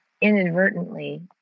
inadvertently